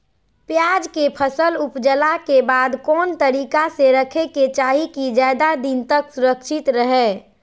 प्याज के फसल ऊपजला के बाद कौन तरीका से रखे के चाही की ज्यादा दिन तक सुरक्षित रहय?